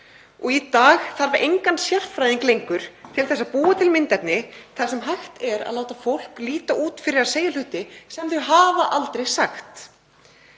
og í dag þarf engan sérfræðing lengur til að búa til myndefni þar sem hægt er að láta fólk líta út fyrir að segja hluti sem það hefur aldrei sagt.